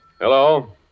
Hello